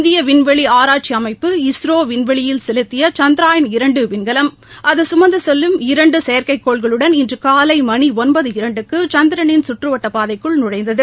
இந்தியவிண்வெளிஆராய்ச்சிஅமைப்பு இஸ்ரோவிண்வெளியில் செலுத்தியசந்த்ரயான் இரண்டுவிண்கலம் அதுசுமந்தசெல்லும் இரண்டுசெயற்கைக் கோள்களுடன் இன்றுகாலைமணிஒன்பது இரண்டுக்குசந்திரனின் சுற்றுவட்டப் பாதைக்குள் நுழைந்தது